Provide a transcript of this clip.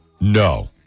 No